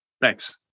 Thanks